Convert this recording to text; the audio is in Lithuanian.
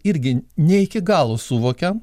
irgi ne iki galo suvokiam